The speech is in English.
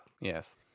Yes